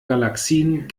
galaxien